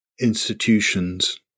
institutions